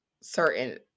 certain